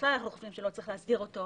בכלל אנחנו חושבים שלא צריך להסדיר אותו,